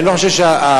אני לא חושב שהוויכוח,